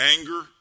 anger